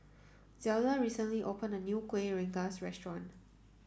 Zelda recently opened a new Kuih Rengas restaurant